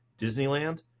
disneyland